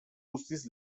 guztiz